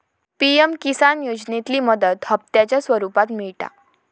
PM Kisan योजनेतली मदत हप्त्यांच्या स्वरुपात मिळता